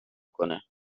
کنه